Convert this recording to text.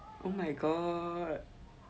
oh my god